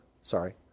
sorry